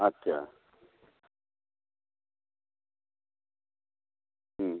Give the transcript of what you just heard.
আচ্ছা হুম